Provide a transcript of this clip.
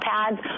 Pads